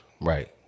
Right